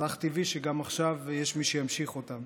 אז אך טבעי שגם עכשיו יש מי שימשיך אותם.